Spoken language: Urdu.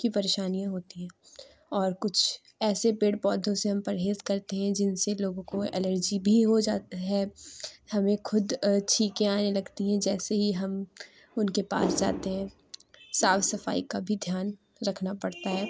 کی پریشانیاں ہوتی ہیں اور کچھ ایسے پیڑ پودوں سے ہم پرہیز کرتے ہیں جن سے لوگوں کو الرجی بھی ہو جاتی ہے ہمیں خود چھینکیں آنے لگتی ہیں جیسے ہی ہم ان کے پاس جاتے ہیں صاف صفائی کا بھی دھیان رکھنا پڑتا ہے